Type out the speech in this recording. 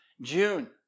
June